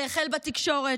זה החל בתקשורת,